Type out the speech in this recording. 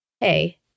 Hey